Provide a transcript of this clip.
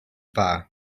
dda